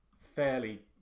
fairly